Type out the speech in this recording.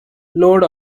load